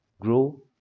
grow